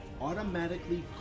automatically